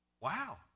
Wow